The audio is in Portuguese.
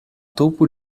topo